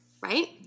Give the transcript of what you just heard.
Right